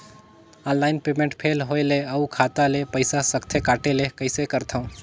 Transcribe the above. Online payment fail होय ले अउ खाता ले पईसा सकथे कटे ले कइसे करथव?